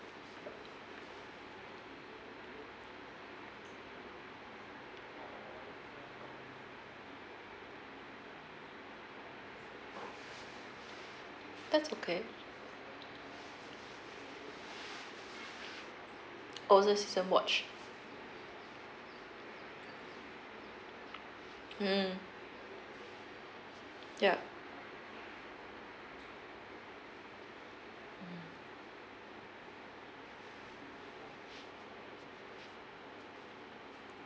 that's okay older season watch mm ya